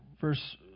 verse